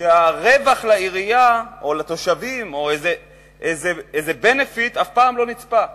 שהרווח ממנה לעירייה או לתושבים או איזה benefit אף פעם לא נצפה.